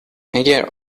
اگر